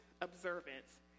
observance